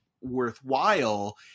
worthwhile